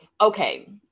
Okay